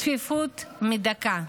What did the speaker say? צפיפות מדכאת,